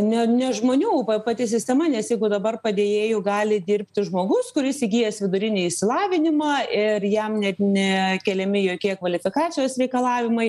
ne ne žmonių pati sistema nes jeigu dabar padėjėju gali dirbti žmogus kuris įgijęs vidurinį išsilavinimą ir jam net ne keliami jokie kvalifikacijos reikalavimai